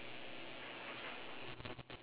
ah lah tiga jam jer ah